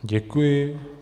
Děkuji.